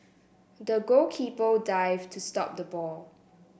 the goalkeeper dived to stop the ball